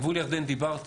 גבול ירדן, דיברתי.